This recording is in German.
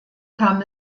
kam